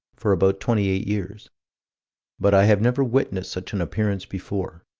for about twenty eight years but i have never witnessed such an appearance before.